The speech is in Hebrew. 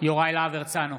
יוראי להב הרצנו,